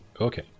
Okay